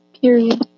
Period